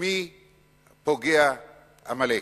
במי פוגע עמלק?